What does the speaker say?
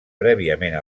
prèviament